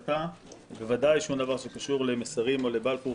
בוודאי שום דבר שקשור למסרים או לבלפור,